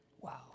Wow